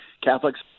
Catholics